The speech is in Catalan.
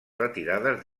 retirades